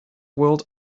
world